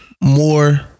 more